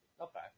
Okay